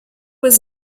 was